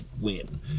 win